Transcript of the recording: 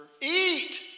Eat